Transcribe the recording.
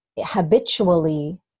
habitually